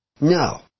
No